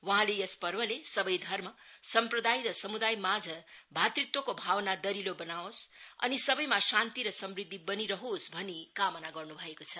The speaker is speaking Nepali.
वहाँले यस पर्वले सबै धर्म सम्प्रदाय र सम्दायमाझ भातृतको भावना दहिलो बनाओस् अनि सबैमा शान्ति र समृद्धि बनिरहोस् भनी कामना गर्नु भएको छ